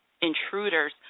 intruders